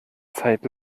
zeit